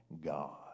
God